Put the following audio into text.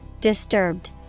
Disturbed